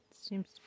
seems